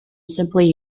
simply